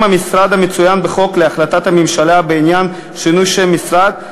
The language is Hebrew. המשרד המצוין בחוק להחלטת הממשלה בעניין שינוי שם המשרד,